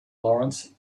lawrence